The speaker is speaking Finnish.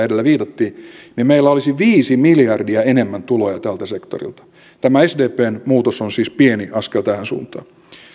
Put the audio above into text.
viitattiin niin meillä olisi viisi miljardia enemmän tuloja tältä sektorilta tämä sdpn muutos on siis pieni askel tähän suuntaan